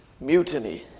Mutiny